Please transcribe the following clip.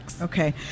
Okay